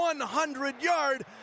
100-yard